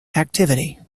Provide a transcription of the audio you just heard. activity